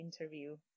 interview